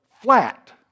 flat